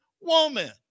woman